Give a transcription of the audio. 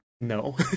No